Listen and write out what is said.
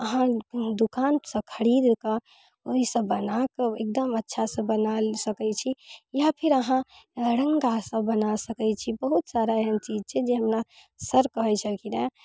अहाँ दोकानसँ खरीद कऽ ओइसँ बनाके एकदम अच्छासँ बना सकै छी या फेर अहाँ रङ्गासँ बना सकै छी बहुत सारा एहन चीज छै जेना सर कहै छलखिन हँ